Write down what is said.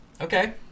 Okay